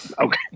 okay